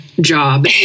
job